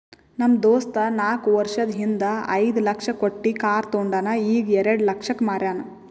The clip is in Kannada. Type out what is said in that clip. ನಮ್ ದೋಸ್ತ ನಾಕ್ ವರ್ಷದ ಹಿಂದ್ ಐಯ್ದ ಲಕ್ಷ ಕೊಟ್ಟಿ ಕಾರ್ ತೊಂಡಾನ ಈಗ ಎರೆಡ ಲಕ್ಷಕ್ ಮಾರ್ಯಾನ್